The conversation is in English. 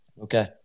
okay